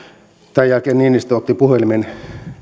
tämän jälkeen niinistö otti puhelimen